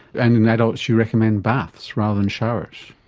and in adults you recommend baths rather than showers.